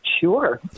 Sure